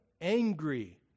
Angry